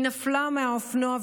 היא נפלה מהאופנוע ונחבלה.